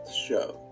show